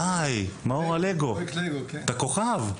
די, אתה כוכב.